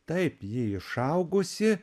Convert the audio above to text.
taip ji išaugusi